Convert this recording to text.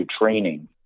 training